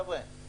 חבר'ה,